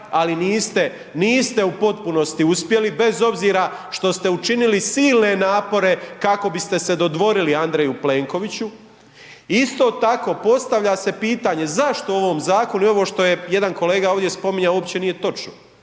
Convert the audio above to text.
niste u potpunosti uspjeli, bez obzira što ste učinili silne napore kako biste se dodvorili Andreju Plenkoviću. Isto tako, postavlja se pitanje zašto u ovom zakonu i ovo što je jedan kolega ovdje spominjao uopće nije točno,